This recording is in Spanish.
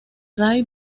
ray